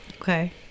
Okay